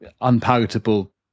unpalatable